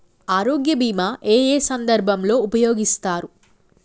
ఆరోగ్య బీమా ఏ ఏ సందర్భంలో ఉపయోగిస్తారు?